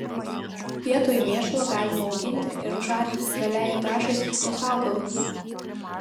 vietoj mėšlo galima auginti ir užarti žaliajai trąšai skirtus augalus